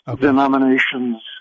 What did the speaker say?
denominations